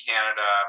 Canada